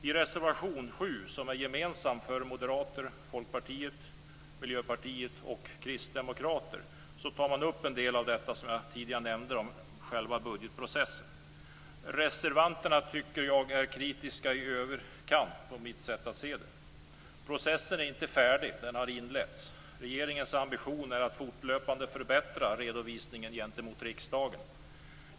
I reservation 7, som är gemensam för Moderaterna, Folkpartiet, Miljöpartiet och Kristdemokraterna, tar man upp en del av det som jag tidigare nämnde beträffande själva budgetprocessen. Enligt mitt sätt att se är reservanterna kritiska i överkant. Processen är inte färdig men har inletts. Regeringens ambition är att fortlöpande förbättra redovisningen gentemot riksdagen.